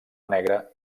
negra